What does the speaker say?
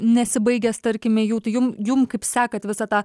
nesibaigęs tarkime jų tai jum jum kaip sekat visą tą